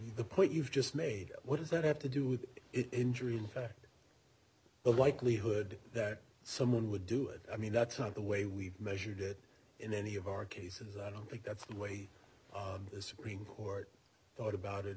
the point you've just made what does that have to do with it injury in fact the likelihood that someone would do it i mean that's not the way we've measured it in any of our cases i don't think that's the way the supreme court thought about it